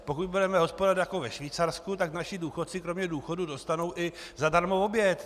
Pokud budeme hospodařit jako ve Švýcarsku, tak naši důchodci kromě důchodu dostanou i zadarmo oběd.